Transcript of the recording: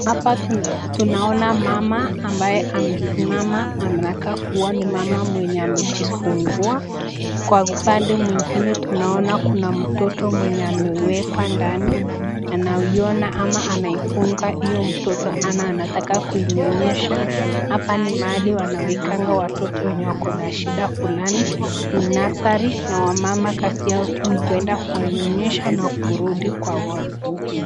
Hapa tunaona mama ambaye amesimama anakaa kuwa ni mama mwenye amejifungua, Kwa upande mwingine tunaona kuna mtoto mwenye amewekwa ndani, anaiona ama anaifunga huyo mtoto, anataka kumnyonyesha, hapa ni mahali wanawekanga watoto wenye wako na shida fulani. Ni nursery ,na wamama kazi yao ni kwenda kuwanyonyesha na kurudi kwa wodi.